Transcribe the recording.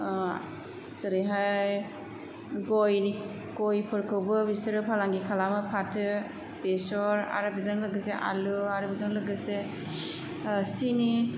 जेरैहाय गय गयफोरखौबो बिसोरो फालांगि खालामो फाथो बेसर आरो बेजों लोगोसे आलु आरो बेजों लोगोसे सिनि